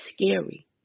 scary